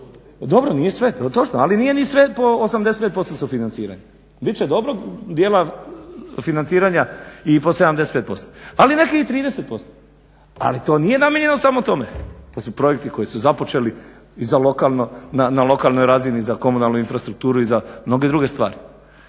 Dobro, nije sve, to je točno, ali nije ni sve po 85% sufinanciranja. Bit će dobrog dijela financiranja i po 75%, ali neki i 30%, ali to nije namijenjeno samo tome, to su projekti koji su započeli i na lokalnoj razini, za komunalnu infrastrukturu i za mnoge druge stvari.